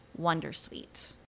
Wondersuite